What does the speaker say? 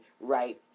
right